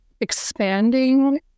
expanding